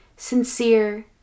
sincere